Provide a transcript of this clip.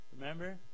remember